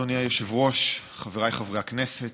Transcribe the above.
אדוני היושב-ראש, חבריי חברי הכנסת,